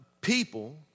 People